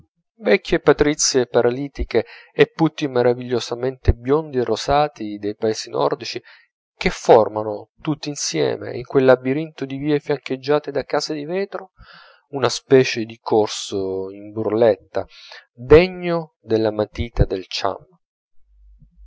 vecchie patrizie paralitiche e putti meravigliosamente biondi e rosati dei paesi nordici che formano tutti insieme in quel labirinto di vie fiancheggiate da case di vetro una specie di corso in burletta degno della matita del cham